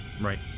Right